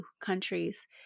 countries